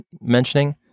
mentioning